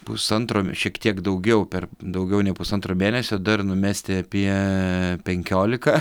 pusantro šiek tiek daugiau per daugiau nei pusantro mėnesio dar numesti apiee penkiolika